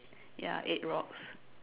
ya eight rocks